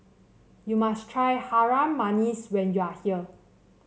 you must try Harum Manis when you are here